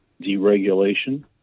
deregulation